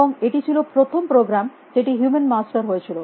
এবং এটি ছিল প্রথম প্রোগ্রাম যেটি হিউমান মাস্টার হয়েছিল